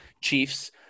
Chiefs